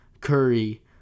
Curry